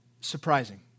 surprising